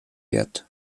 wert